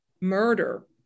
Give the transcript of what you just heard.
murder